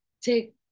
take